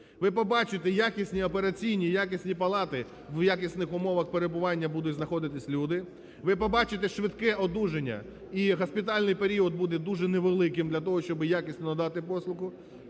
ви побачите якісні операційні, якісні палати, в якісних умовах перебування будуть знаходитися люди. Ви побачите швидке одужання і госпітальний період буде дуже невеликим для того, щоби якісно надати послугу.